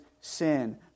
sin